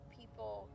people